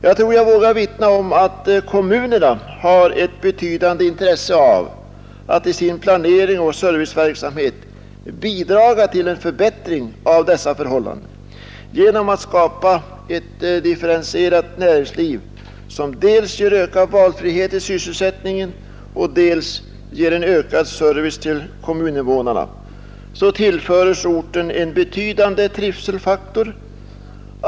Jag vågar vittna om, att kommunerna har ett betydande intresse av att i sin planering och serviceverksamhet bidra till en förbättring av dessa förhållanden. Genom att skapa ett differentierat näringsliv som dels ger ökad valfrihet i sysselsättningen, dels ger en ökad service till kommuninvånarna tillför man orten en betydande trivselfaktor.